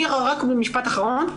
משפט אחרון.